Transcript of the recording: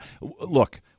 look